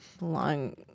long